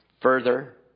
Further